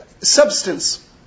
substance